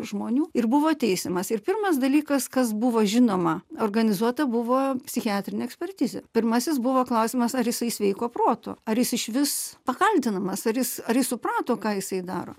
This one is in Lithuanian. žmonių ir buvo teisiamas ir pirmas dalykas kas buvo žinoma organizuota buvo psichiatrinė ekspertizė pirmasis buvo klausimas ar jisai sveiko proto ar jis išvis pakaltinamas ar jis ar jis suprato ką jisai daro